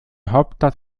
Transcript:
hauptstadt